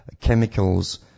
chemicals